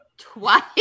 twice